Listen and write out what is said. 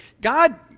God